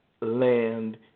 land